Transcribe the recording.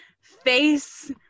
face